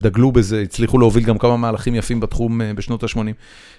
דגלו בזה, הצליחו להוביל גם כמה מהלכים יפים בתחום בשנות ה-80.